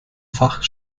fach